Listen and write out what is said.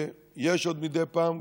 ועוד יש מדי פעם,